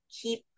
Keep